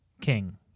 King